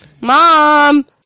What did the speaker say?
Mom